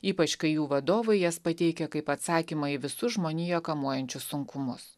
ypač kai jų vadovai jas pateikia kaip atsakymą į visus žmoniją kamuojančius sunkumus